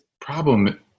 problem